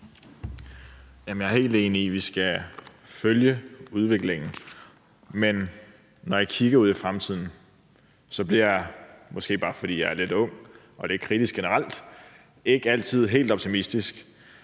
Jeg er helt enig i, at vi skal følge udviklingen. Men når jeg kigger ud i fremtiden, bliver jeg – måske bare fordi jeg er lidt ung og jeg er kritisk generelt – ikke altid helt optimistisk.